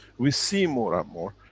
we see more and more.